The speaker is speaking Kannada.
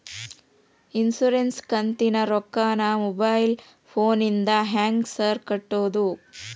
ಇನ್ಶೂರೆನ್ಸ್ ಕಂತಿನ ರೊಕ್ಕನಾ ಮೊಬೈಲ್ ಫೋನಿಂದ ಹೆಂಗ್ ಸಾರ್ ಕಟ್ಟದು?